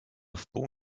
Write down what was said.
wpół